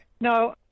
No